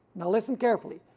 now listen carefully.